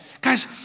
Guys